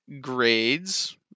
grades